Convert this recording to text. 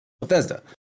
Bethesda